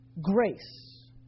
grace